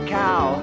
cow